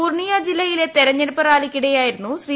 പൂർണ്ണിയ ജില്ലയിലെ തെരഞ്ഞെടുപ്പ് റാലിക്കിടെയായിരുന്നു ശ്രീ